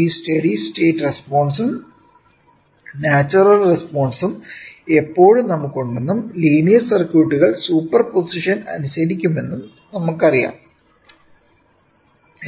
ഈ steady state റെസ്പോൺസും natural റെസ്പോൺസും എപ്പോഴും നമുക്കുണ്ടെന്നും ലീനിയർ സർക്യൂട്ടുകൾ സൂപ്പർ പൊസിഷൻ അനുസരിക്കുമെന്നും ഞങ്ങൾക്കറിയാം